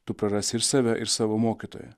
tu prarasi ir save ir savo mokytoją